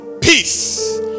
peace